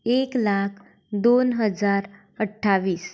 एक लाख दोन हजार अट्ठावीस